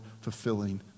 fulfilling